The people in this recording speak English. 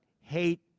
hate